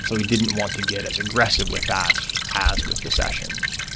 so we didn't want to get as aggressive with that as with the sessions.